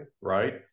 right